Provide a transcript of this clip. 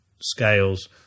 scales